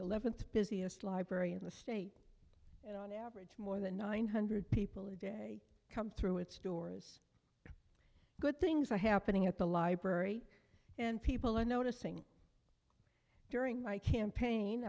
th busiest library in the state and on average more than nine hundred people a day come through its doors good things are happening at the library and people are noticing during my campaign